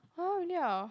!huh! really ah